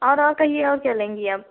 और और कहिए और क्या लेंगी अब